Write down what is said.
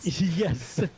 yes